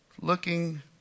looking